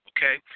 Okay